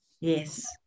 yes